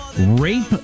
rape